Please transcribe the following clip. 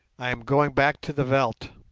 i am going back to the veldt